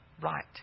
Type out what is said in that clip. right